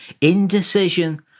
indecision